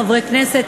חברי כנסת,